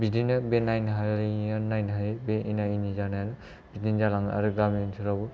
बिदिनो बे नायनो हालायलायिआ नायनो हायि बे एना एनि जानाया बिदिनो जालाङो आरो गामि ओनसोलाव